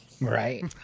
Right